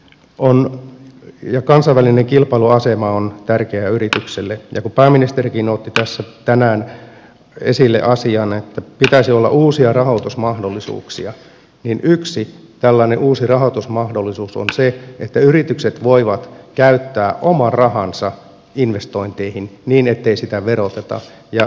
kilpailukyky ja kansainvälinen kilpailuasema on tärkeä yritykselle ja kun pääministerikin otti tässä tänään esille asian että pitäisi olla uusia rahoitusmahdollisuuksia niin yksi tällainen uusi rahoitusmahdollisuus on se että yritykset voivat käyttää oman rahansa investointeihin niin ettei sitä veroteta